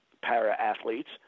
para-athletes